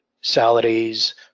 Salaries